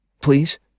please